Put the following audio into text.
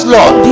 Lord